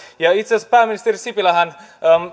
itse asiassa pääministeri sipilähän